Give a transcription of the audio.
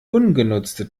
ungenutzte